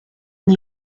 the